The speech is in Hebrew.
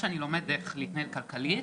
מאזור לאזור,